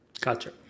Gotcha